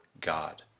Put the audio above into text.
God